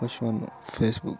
first one Facebook